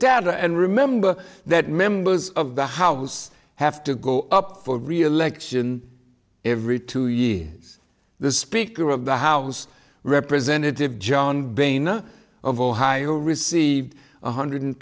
data and remember that members of the house have to go up for reelection every two years the speaker of the house representative john boehner of ohio received one hundred